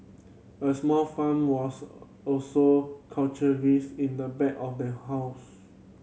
a small farm was also in the back of their house